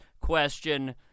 question